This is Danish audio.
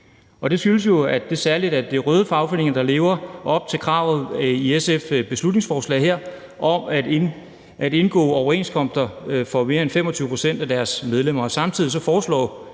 at det særlig er de røde fagforeninger, der lever op til kravet i SF's beslutningsforslag her om at indgå overenskomster for mere end 25 pct. af deres medlemmer.